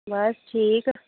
बस ठीक